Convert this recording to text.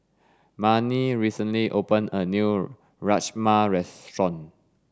Marni recently opened a new Rajma restaurant